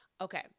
Okay